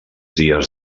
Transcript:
dies